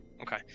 Okay